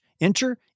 Enter